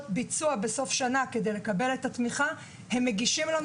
ביצוע בסוף שנה כדי לקבל את התמיכה הם מגישים לנו